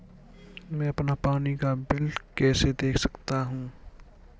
मैं अपना पानी का बिल कैसे देख सकता हूँ?